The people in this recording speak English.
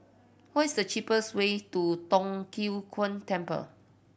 what is the cheapest way to Tong Tien Kung Temple